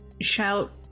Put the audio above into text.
shout